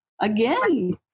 again